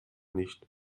nicht